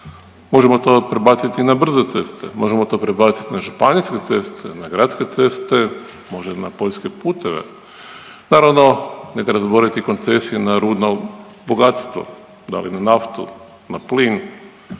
Možemo to prebaciti na brze ceste, možemo to prebaciti na županijske ceste, na gradske ceste, možemo na poljske puteve. Naravno, ne treba zaboraviti i koncesiju na rudna bogatstva, da li na naftu, na plin,